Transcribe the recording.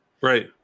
Right